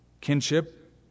kinship